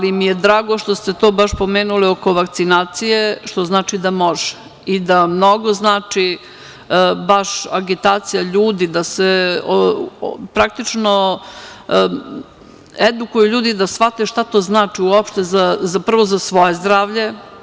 Drago mi je što ste to baš pomenuli oko vakcinacije, što znači da može i da mnogo znači baš agitacija ljudi da se praktično edukuju ljudi, da shvate šta to znači uopšte prvo za svoje zdravlje.